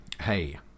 Hey